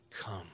come